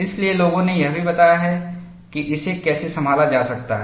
इसलिए लोगों ने यह भी बताया है कि इसे कैसे संभाला जा सकता है